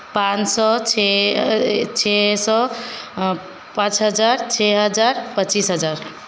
पाँच सौ छह छह सौ पाँच हज़ार छह हज़ार पच्चीस हज़ार